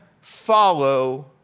follow